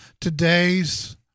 today's